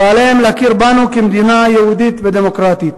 ועליהם להכיר בנו כמדינה יהודית ודמוקרטית.